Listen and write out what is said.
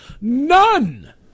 None